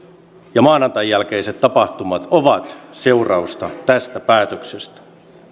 ja maanantain jälkeiset tapahtumat ovat seurausta tästä päätöksestä